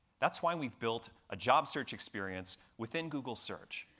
that's why we've built a job search experience within google search,